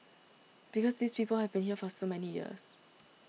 because these people have been here for so many years